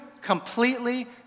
completely